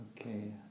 Okay